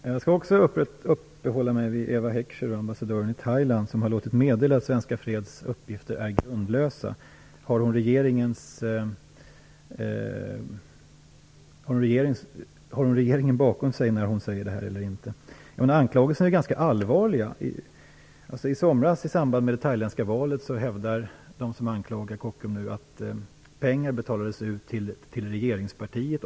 Herr talman! Jag skall också uppehålla mig vid Eva Heckscher - ambassadören i Thailand - som har låtit meddela att Svenska freds uppgifter är grundlösa. Har hon regeringen bakom sig när hon säger det eller inte? Anklagelserna är ganska allvarliga. De som nu anklagar Kockums hävdar att pengar betalades ut till regeringspartiet i samband med det thailändska valet.